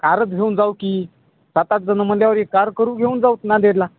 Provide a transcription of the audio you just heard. कारच घेऊन जाऊ की सात आठ जणं म्हटल्यावर कार करून घेऊन जाऊ नांदेडला